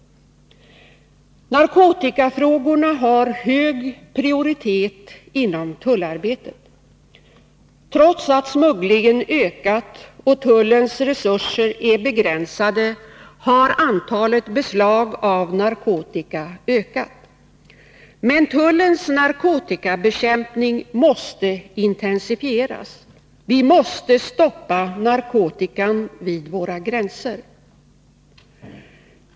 Narkotikafrågorna har hög prioritet inom tullarbetet. Trots att smugglingen ökat och tullens resurser är begränsade har antalet beslag av narkotika ökat. Men tullens narkotikabekämpning måste intensifieras. Vi måste stoppa narkotikan vid våra gränser.